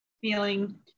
feeling